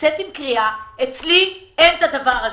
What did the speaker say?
לצאת בקריאה חד משמעית שאצלו אין את הדבר הזה.